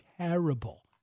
terrible